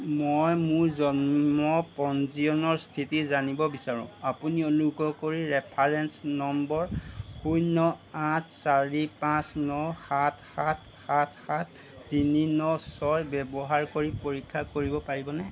মই মোৰ জন্ম পঞ্জীয়নৰ স্থিতি জানিব বিচাৰো আপুনি অনুগ্ৰহ কৰি ৰেফাৰেঞ্চ নম্বৰ শূন্য় আঠ চাৰি পাঁচ ন সাত সাত সাত সাত তিনি ন ছয় ব্যৱহাৰ কৰি পৰীক্ষা কৰিব পাৰিবনে